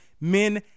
men